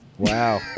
Wow